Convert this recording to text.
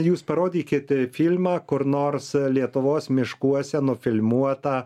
jūs parodykit filmą kur nors lietuvos miškuose nufilmuotą